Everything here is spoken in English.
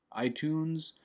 iTunes